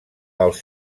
els